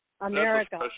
america